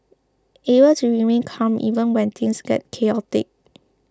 able to remain calm even when things get chaotic